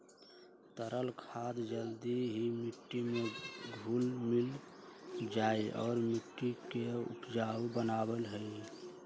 तरल खाद जल्दी ही मिट्टी में घुल मिल जाहई और मिट्टी के उपजाऊ बनावा हई